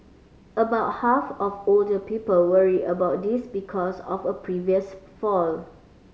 about half of older people worry about this because of a previous fall